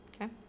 Okay